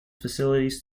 facilities